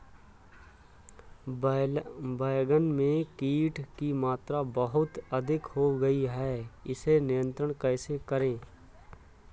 बैगन में कीट की मात्रा बहुत अधिक हो गई है इसे नियंत्रण कैसे करें?